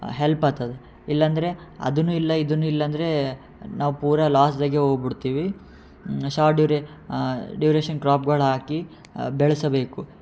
help ಆಗ್ತದ ಇಲ್ಲಾಂದರೆ ಅದೂ ಇಲ್ಲ ಇದೂ ಇಲ್ಲ ಅಂದರೆ ನಾವು ಪೂರಾ ಲಾಸ್ದಾಗೆ ಹೋಗ್ಬಿಡ್ತಿವಿ ಶಾರ್ಟ್ ಡ್ಯೂರೇ ಡ್ಯೂರೇಷನ್ ಕ್ರಾಪ್ಗಳು ಹಾಕಿ ಬೆಳೆಸಬೇಕು